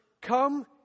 Come